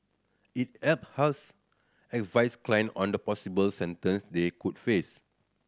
it help us advise client on the possible sentence they could face